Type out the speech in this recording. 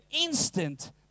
instant